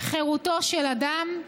חירותו של אדם,